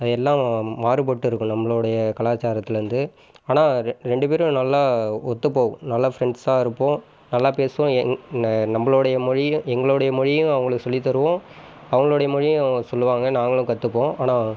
அது எல்லாம் மாறுபட்டு இருக்கும் நம்மளுடைய கலாச்சாரத்துலேருந்து ஆனால் ரெண்டு பேரும் நல்லா ஒத்துபோகும் நல்லா ஃபிரெண்ட்ஸ்ஸாக இருப்போம் நல்லா பேசுவோம் ந நம்மளோடைய மொழியும் எங்களுடைய மொழியும் அவர்களுக்கு சொல்லி தருவோம் அவர்களோடைய மொழியும் சொல்லுவாங்க நாங்களும் கற்றுப்போம் ஆனால்